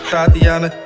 Tatiana